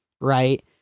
Right